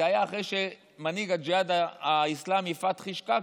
זה היה אחרי שמנהיג הג'יהאד האסלאמי, פתחי שקאקי,